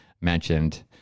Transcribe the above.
mentioned